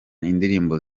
indirimbo